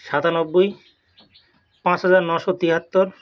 সাতানব্বই পাঁচ হাজার নশো তিয়াত্তর